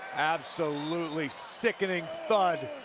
absolutely sickening thud.